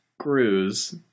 screws